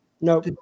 No